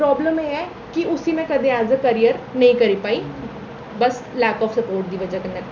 problem एह् ऐ कि उसी में कदें ऐज ए करियर नेईं करी पाई बस लैक आफ सपोर्ट दी वजह् कन्नै